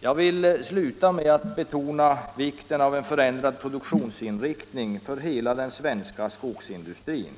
Jag vill sluta med att betona vikten av en förändrad produktionsinriktning för hela den svenska skogsindustrin.